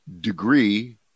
degree